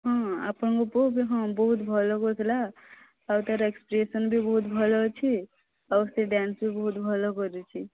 ହଁ ଆପଣଙ୍କ ପୁଅ ବି ହଁ ବହୁତ ଭଲ କରୁଥିଲା ଆଉ ତାର ଏକ୍ସପ୍ରେସନ୍ ବି ବହୁତ ଭଲ ଅଛି ଆଉ ସେ ଡ୍ୟାନ୍ସ ବି ବହୁତ ଭଲ କରିଛି